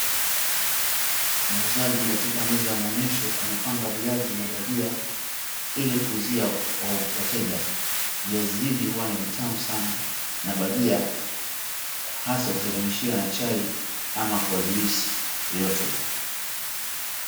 Muuzaji katika meza ya maonyesho amepanga viazi na bajia ilikuuzia wateja. Viazi hivi huwa ni vitamu sana na bajia hasa ukiteremshia na chai ama kwa juisi yoyote.